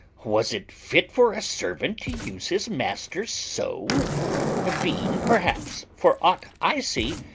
was it fit for a servant to use his master so being, perhaps, for aught i see,